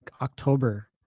October